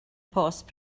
post